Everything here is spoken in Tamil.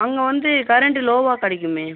அங்கே வந்து கரண்ட் லோவாக கிடைக்குமே